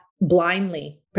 blindly